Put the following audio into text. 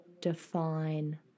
define